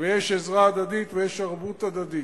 ויש עזרה הדדית ויש ערבות הדדית.